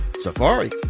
Safari